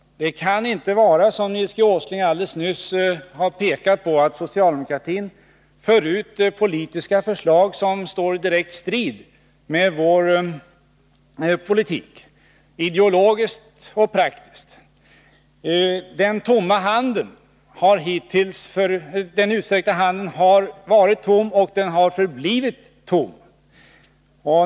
Det kan, som Nils G. Åsling alldeles nyss har pekat på, inte vara så att socialdemokratin för ut politiska förslag som står i direkt strid med vår politik, ideologiskt och praktiskt. Den utsträckta handen har varit tom, och den har förblivit tom.